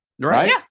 right